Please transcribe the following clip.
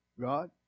God